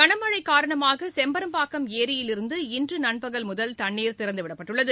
களமழை காரணமாக செம்பரம்பாக்கம் ஏரியிலிருந்து இன்று நண்பகல் முதல் தண்ணீர் திறந்து விடப்பட்டுள்ளது